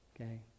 Okay